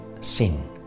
sin